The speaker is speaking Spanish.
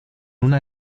una